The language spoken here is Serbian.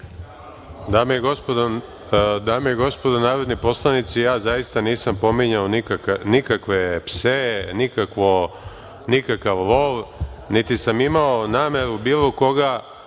Dame i gospodo narodni poslanici, ja zaista nisam pominjao nikakve pse, nikakav lov, niti sam imao nameru bilo koga